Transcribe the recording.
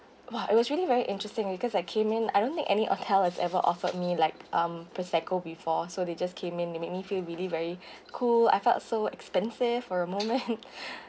!wah! it was really very interesting because I came in I don't think any of hotels has ever offered me like um prosecco before so they just came in it make me feel really very cool I felt so expensive for a moment